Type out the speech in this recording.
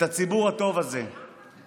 המחאה הציבורית שמתעוררת במדינת ישראל,